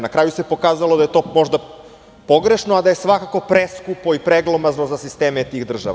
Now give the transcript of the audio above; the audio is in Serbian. Na kraju se pokazalo da je to možda pogrešno, a da je svakako preskupo i preglomazno za sisteme tih država.